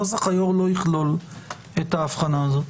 נוסח היו"ר לא יכלול את ההבחנה הזאת.